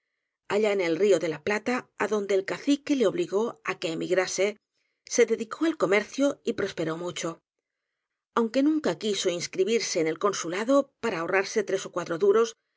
allá en el río de la plata á donde el cacique le obligó á que emigrase se de dicó al comercio y prosperó mucho aunque nun ca quiso inscribirse en el consulado para ahorrarse tres ó cuatro duros